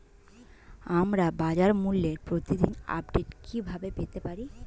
আমরা বাজারমূল্যের প্রতিদিন আপডেট কিভাবে পেতে পারি?